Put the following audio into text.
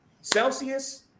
Celsius